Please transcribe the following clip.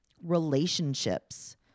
relationships